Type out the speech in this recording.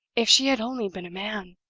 if she had only been a man!